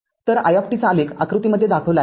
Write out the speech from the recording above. तरiचा आलेख आकृतीमध्ये दाखविला आहे